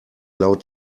laut